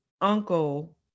uncle